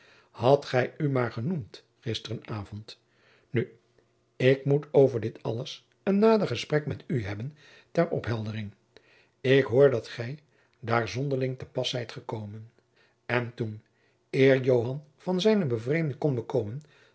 hadt gij u maar genoemd gisteren avond nu ik moet over dit alles een nader gesprek met u hebben ter jacob van lennep de pleegzoon opheldering ik hoor dat gij daar zonderling te pas zijt gekomen en toen eer joan van zijne bevreemding kon bekomen